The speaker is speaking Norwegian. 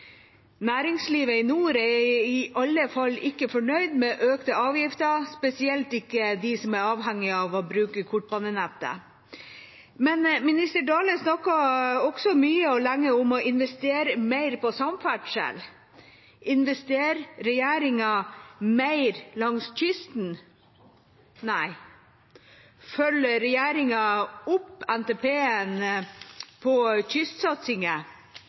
Næringslivet i nord er i alle fall ikke fornøyd med økte avgifter, spesielt ikke de som er avhengige av å bruke kortbanenettet. Minister Dale snakket også mye og lenge om å investere mer i samferdsel. Investerer regjeringa mer langs kysten? Nei. Følger regjeringa opp